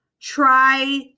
try